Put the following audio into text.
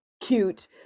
cute